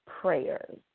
prayers